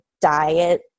diet